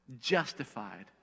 justified